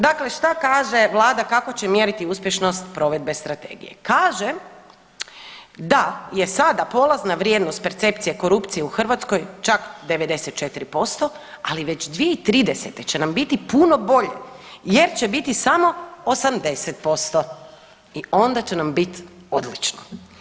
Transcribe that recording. Dakle, šta kaže vlada kako će mjeriti uspješnost provedbe strategije, kaže da je sada polazna vrijednost percepcije korupcije u Hrvatskoj čak 94%, ali već 2030. će nam biti puno bolje jer će biti samo 80% i onda će nam bit odlično.